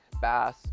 Bass